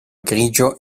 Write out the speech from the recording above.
grigio